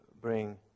bring